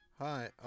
Hi